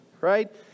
right